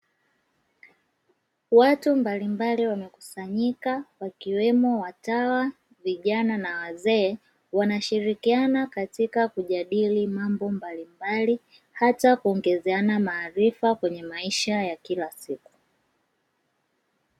Watu mbalimbali wamekusanyika, wakiwemo: watawa, vijana na wazee; wanashirikiana katika kujadili mambo mbalimbali, hata kuongezeana maarifa kwenye maisha ya kila siku.